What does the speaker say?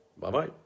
Bye-bye